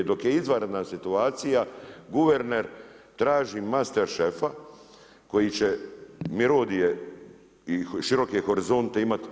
Dok je izvanredna situacija guverner traži master šefa koji će mirodije i široke horizonte imati.